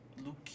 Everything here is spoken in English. Luke